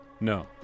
No